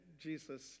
Jesus